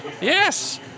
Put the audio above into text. Yes